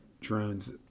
drones